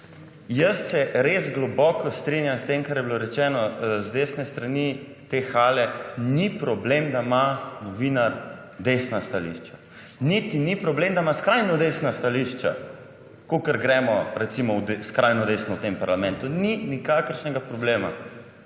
Jaz se res globoko strinjam s tem, kar je bilo rečeno s strani desne strani te hale, ni problem, da ima novinar desna stališča. Niti ni problem, da ima skrajno desna stališča, kakor gremo recimo skrajno desno v tem parlamentu. Ni nikakršnega problema.